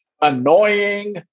annoying